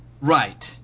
right